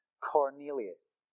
Cornelius